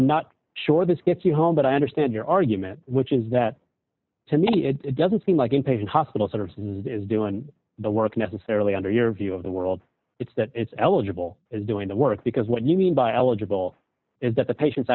i'm not sure this gets you home but i understand your argument which is that to me it doesn't seem like inpatient hospital sort of is doing the work necessarily under your view of the world it's that it's eligible is doing the work because what you mean by eligible is that the patien